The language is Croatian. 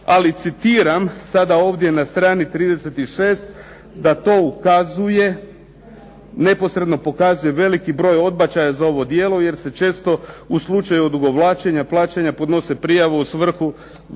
ali citiram sada ovdje na strani 36. "da to pokazuje veliki broj odbačaja za ovo djelo, jer se često u slučaju odugovlačenja, plaćanja podnose prijave u svrhu vršenja